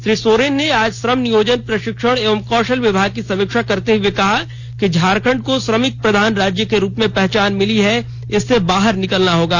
श्री सोरेन ने आज श्रम नियोजन प्रशिक्षण एवं कौशल विभाग की समीक्षा करते हुए कहा कि झारखण्ड को श्रमिक प्रधान राज्य के रूप में पहचान मिली है इससे बाहर निकलना होगा